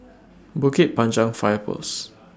Bukit Panjang Fire Post